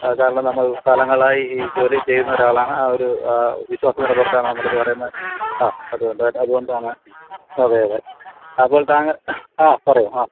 ആ കാരണം നമ്മള് കാലങ്ങളായി ഈ ജോലി ചെയ്യുന്നൊരാളാണ് ആ ഒരു വിശ്വാസത്തിൻ്റെ പുറത്താണ് നമ്മളിത് പറയുന്നത് ആ അതുകൊണ്ടാണ് അതുകൊണ്ടാണ് അതെയതെ അപ്പോള് ആ പറയൂ ആ